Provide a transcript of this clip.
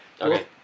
Okay